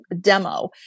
demo